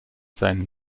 seinen